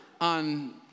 on